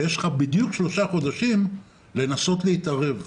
ויש לך בדיוק שלושה חודשים לנסות להתערב.